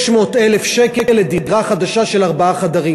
600,000 שקל לדירה חדשה של ארבעה חדרים.